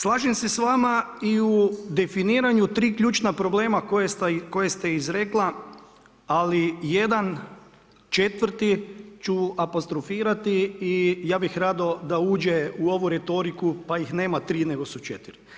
Slažem se s vama i u definiranju tri ključna problema koje ste izrekla, ali jedan četvrti ću apostrofirati i ja bih rado da uđe u ovu retoriku pa ih nema tri nego su četiri.